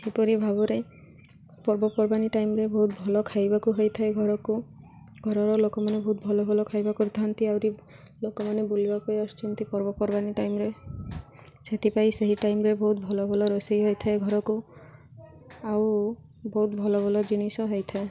ଏହିପରି ଭାବରେ ପର୍ବପର୍ବାଣୀ ଟାଇମ୍ରେ ବହୁତ ଭଲ ଖାଇବାକୁ ହେଇଥାଏ ଘରକୁ ଘରର ଲୋକମାନେ ବହୁତ ଭଲ ଭଲ ଖାଇବା କରିଥାନ୍ତି ଆହୁରି ଲୋକମାନେ ବୁଲିବା ପାଇଁ ଆସୁଛନ୍ତି ପର୍ବପର୍ବାଣୀ ଟାଇମ୍ରେ ସେଥିପାଇଁ ସେହି ଟାଇମ୍ରେ ବହୁତ ଭଲ ଭଲ ରୋଷେଇ ହୋଇଥାଏ ଘରକୁ ଆଉ ବହୁତ ଭଲ ଭଲ ଜିନିଷ ହୋଇଥାଏ